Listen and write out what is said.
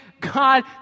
god